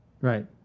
Right